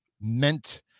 meant